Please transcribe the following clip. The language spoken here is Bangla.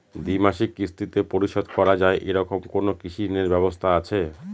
দ্বিমাসিক কিস্তিতে পরিশোধ করা য়ায় এরকম কোনো কৃষি ঋণের ব্যবস্থা আছে?